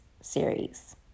series